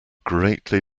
greatly